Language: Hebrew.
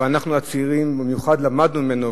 ואנחנו הצעירים במיוחד למדנו ממנו,